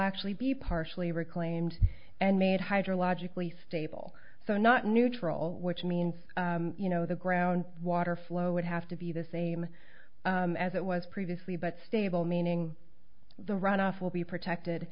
actually be partially reclaimed and made hydro logically stable so not neutral which means you know the ground water flow would have to be the same as it was previously but stable meaning the runoff will be protected